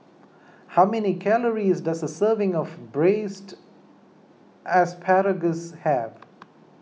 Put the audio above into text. how many calories does a serving of Braised Asparagus have